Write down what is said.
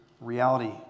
reality